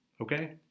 Okay